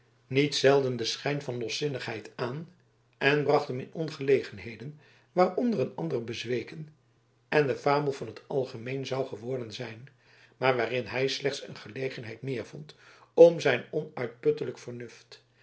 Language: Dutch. niet zelden den schijn van loszinnigheid aan en bracht hem in ongelegenheden waaronder een ander bezweken en de fabel van het algemeen zou geworden zijn maar waarin hij slechts een gelegenheid meer vond om zijn onuitputtelijk vernuft